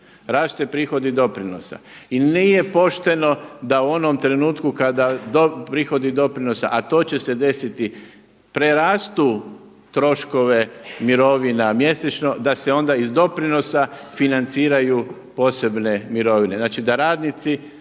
Rasti će prihodi doprinosa i nije pošteno da u onom trenutku kada prihodi doprinosa, a to će se desiti prerastu troškove mirovina mjesečno, da se onda iz doprinosa financiraju posebne mirovine. Znači da radnici